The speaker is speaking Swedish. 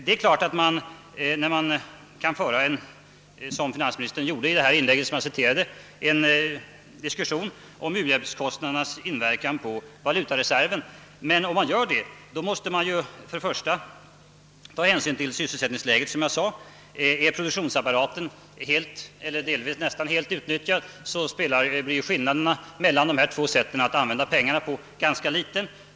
Det är klart att man — som finansministern i det inlägg jag citerade — kan föra en argumentering om u-hjälpskostnadernas inverkan på valutareserven. Men om man gör det måste man, som jag sade, först och främst ta hänsyn till sysselsättningsläget. är produktionsapparaten helt eller nästan helt utnyttjad blir skillnaden mellan dessa två sätt att använda pengarna inte stor.